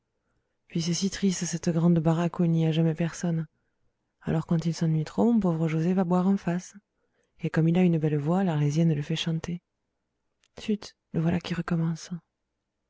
puis c'est si triste cette grande baraque où il n'y a jamais personne alors quand il s'ennuie trop mon pauvre josé va boire en face et comme il a une belle voix l'arlésienne le fait chanter chut le voilà qui recommence